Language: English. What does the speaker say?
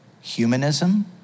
humanism